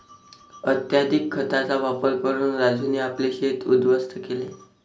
अत्यधिक खतांचा वापर करून राजूने आपले शेत उध्वस्त केले